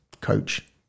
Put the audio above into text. coach